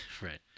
Right